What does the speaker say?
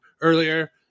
earlier